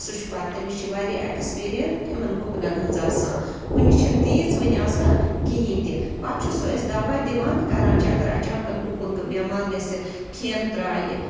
سُہ چھُ پَتہٕ تٔمِس چھِ واریاہ اٮ۪کٕسپیٖریَن یِمَن گُپنَن ہٕنٛز آسان ہُمِس چھَنہٕ تیٖژ وٕنہِ آسان کِہیٖنۍ تہِ پَتہٕ چھُ سُہ أسۍ دوا دِوان کَران چھِ اَگر اَچانکَن گُپُن بٮ۪مار گژھِ کھٮ۪ن ترٛایہِ